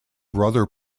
brother